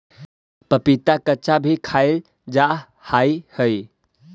पपीता कच्चा भी खाईल जा हाई हई